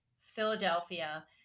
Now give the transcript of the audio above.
Philadelphia